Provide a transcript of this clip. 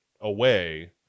away